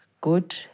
good